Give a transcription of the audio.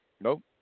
nope